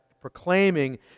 proclaiming